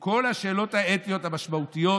כל השאלות האתיות המשמעותיות